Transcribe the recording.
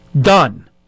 done